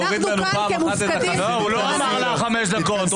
הוא לא מאריך לך בחמש דקות,